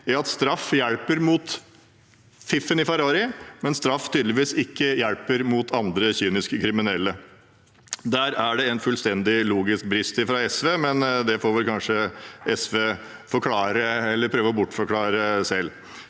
i at straff hjelper mot fiffen i Ferrari, mens straff tydeligvis ikke hjelper mot andre kyniske kriminelle. Der er det en fullstendig logisk brist fra SV, men det får kanskje SV forklare eller prøve å bortforklare selv.